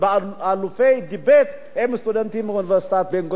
אלופי הדיבייט הם סטודנטים מאוניברסיטת בן-גוריון.